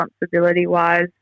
responsibility-wise